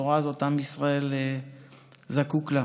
והבשורה הזאת, עם ישראל זקוק לה.